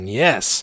yes